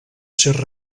ser